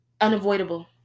unavoidable